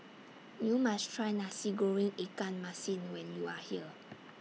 YOU must Try Nasi Goreng Ikan Masin when YOU Are here